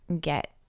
get